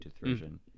version